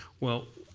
well,